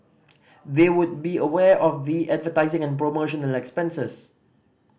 they would be aware of the advertising and promotional expenses